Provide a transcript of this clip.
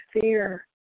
fear